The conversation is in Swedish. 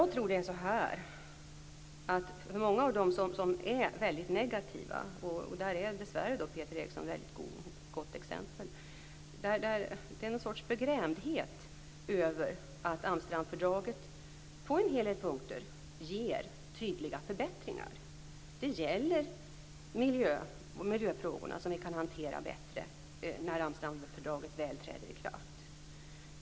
Jag tror att det hos många av dem som är väldigt negativa, och där är dessvärre Peter Eriksson ett gott exempel, är en sorts förgrämhet över att Amsterdamfördraget på en hel del punkter ger tydliga förbättringar. Det gäller miljöfrågorna, som vi kan hantera bättre när fördraget väl träder i kraft.